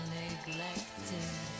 neglected